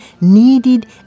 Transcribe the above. needed